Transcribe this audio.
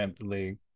League